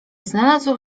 znalazł